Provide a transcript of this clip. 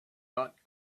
not